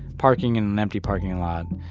parking in an empty parking lot.